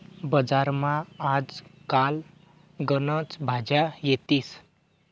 बजारमा आज काल गनच भाज्या येतीस